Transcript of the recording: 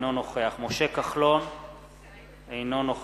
אינו נוכח משה כחלון, אינו נוכח חיים כץ,